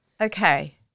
Okay